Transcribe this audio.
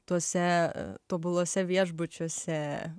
tuose tobuluose viešbučiuose